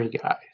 guys